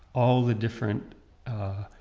all the different ah